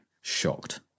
Shocked